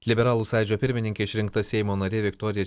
liberalų sąjūdžio pirmininke išrinkta seimo narė viktorija